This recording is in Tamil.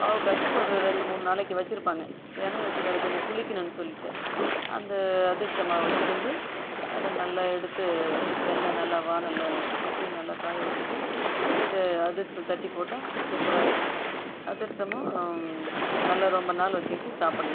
பாகு காய்ச்சி ஒரு ரெண்டு மூணு நாளைக்கு வெச்சுருப்பாங்க ஏன்னா வெச்சுக்க அது கொஞ்சம் புளிக்கணும்னு சொல்லிவிட்டு அந்த அதிரச மாவு வெச்சுருந்து அதை நல்லா எடுத்து எண்ணெய் நல்லா வாணலில் ஊற்றி நல்லா காய வெச்சுட்டு இதை அதிரசம் தட்டிப் போட்டால் சூப்பராக இருக்கும் அதிரசமும் நல்லா ரொம்ப நாள் வெச்சுக்கிட்டு சாப்புடலாம்